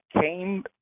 came